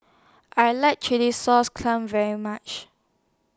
I like Chilli Sauce Clams very much